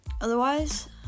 otherwise